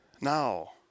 Now